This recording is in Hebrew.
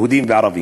יהודים וערבים.